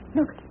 look